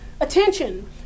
attention